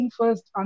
first